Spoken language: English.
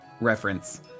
reference